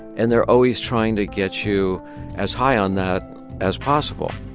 and they're always trying to get you as high on that as possible